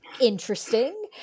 Interesting